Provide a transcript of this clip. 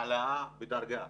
העלאה בדרגה,